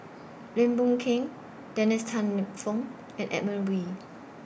Lim Boon Keng Dennis Tan Lip Fong and Edmund Wee